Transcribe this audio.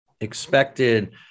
expected